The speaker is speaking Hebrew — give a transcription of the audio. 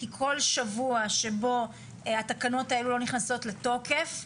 כי כל שבוע שבו התקנות האלה לא נכנסות לתוקף,